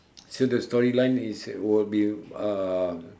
so the story line is will be uh